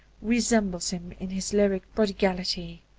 resembles him in his lyric prodigality.